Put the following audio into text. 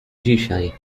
dzisiaj